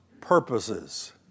purposes